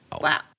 Wow